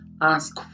ask